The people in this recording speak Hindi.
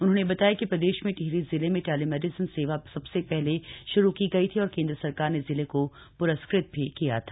उन्होंने बताया कि प्रदेश में टिहरी जिले में टेलीमेडिसन सेवा सबसे पहले श्रू की गई थी और केंद्र सरकार ने जिले को पुरस्कृत भी किया था